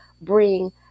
bring